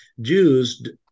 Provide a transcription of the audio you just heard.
Jews